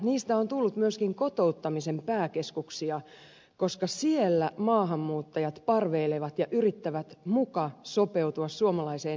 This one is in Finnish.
niistä on tullut myöskin kotouttamisen pääkeskuksia koska siellä maahanmuuttajat parveilevat ja yrittävät muka sopeutua suomalaiseen yhteiskuntaan